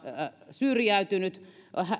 syrjäytynyt